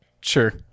Sure